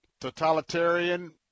totalitarian